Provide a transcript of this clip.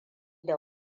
da